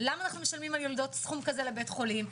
למה אנחנו משלמים על יולדות סכום כזה לבית חולים,